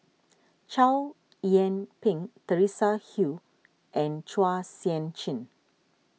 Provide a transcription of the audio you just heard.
Chow Yian Ping Teresa Hsu and Chua Sian Chin